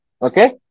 Okay